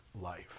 life